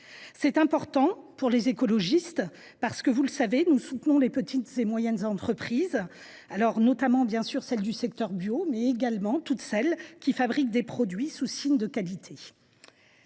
C’est important pour le groupe écologiste, parce que nous soutenons les petites et moyennes entreprises, notamment celles du secteur bio, mais aussi toutes celles qui fabriquent des produits sous signe de qualité.